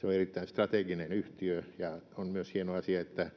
se on erittäin strateginen yhtiö ja on myös hieno asia että